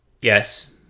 Yes